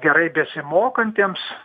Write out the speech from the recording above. gerai besimokantiems